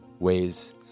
ways